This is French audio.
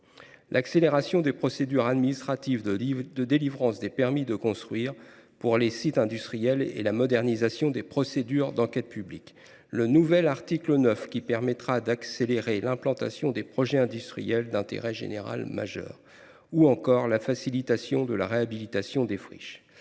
accélération des procédures administratives de délivrance des permis de construire pour les sites industriels et la modernisation des procédures d’enquête publique. Le nouvel article 9 permettra d’accélérer l’implantation des projets industriels d’intérêt général majeur et la facilitation de la réhabilitation des friches.